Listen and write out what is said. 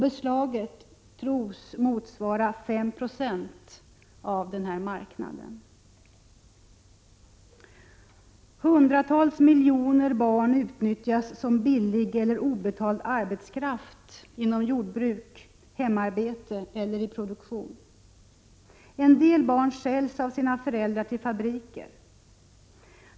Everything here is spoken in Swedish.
Beslagen tros ha motsvarat 5 70 av denna marknad. Hundratals miljoner barn utnyttjas som billig och obetald arbetskraft inom jordbruk, hemarbete eller i produktionen. En del barn säljs av sina föräldrar till fabriker.